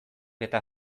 eta